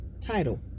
title